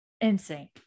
Insane